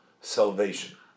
salvation